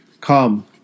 Come